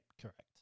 correct